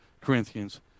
Corinthians